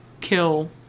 kill